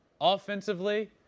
offensively